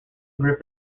grip